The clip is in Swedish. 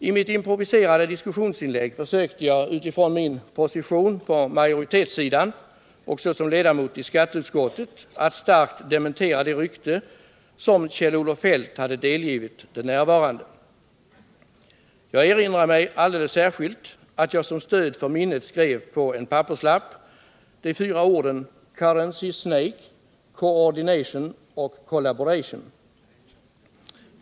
I mitt improviserade diskussionsinlägg försökte jag utifrån min position på majoritetssidan och såsom ledamot i skatteutskottet att starkt dementera det rykte som Kjell-Olof Feldt hade delgivit de närvarande. Jag erinrar mig alldeles särskilt att jag som stöd för minnet skrev på en papperslapp de fyra orden ”currency snake”, ”coordination” och ”collaboration”.